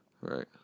Right